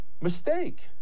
mistake